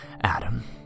Adam